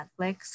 Netflix